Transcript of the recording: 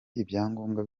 ibyangombwa